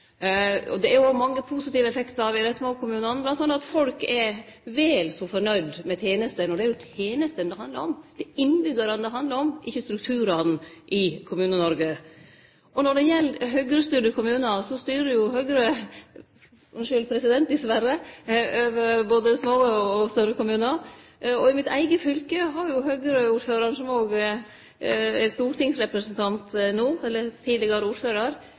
Det er òg mange positive effektar ved dei små kommunane, bl.a. at folk er vel så fornøgde med tenestene. Det er tenestene det handlar om, og det er innbyggjarane det handlar om, ikkje strukturane i Kommune-Noreg. Når det gjeld Høgre-styrde kommunar, styrer jo Høgre dessverre – unnskyld, president – over både små og større kommunar. I mitt eige fylke har Høgre m.a. ein tidlegare ordførar, som er stortingsrepresentant no,